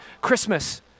Christmas